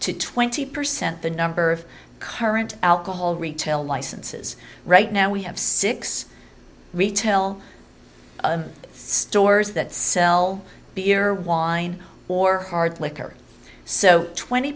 to twenty percent the number of current alcohol retail licenses right now we have six retail stores that sell beer wine or hard liquor so twenty